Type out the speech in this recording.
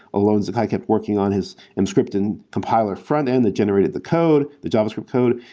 alon zakai kept working on his emscripten compiler front-end that generated the code, the javascript code.